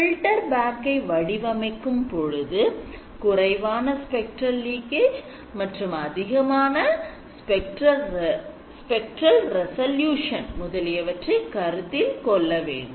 Filter bank ஐ வடிவமைக்கும் பொழுது குறைவான spectral leakage மற்றும் அதிகமான spectral resolution முதலியவற்றை கருத்தில் கொள்ள வேண்டும்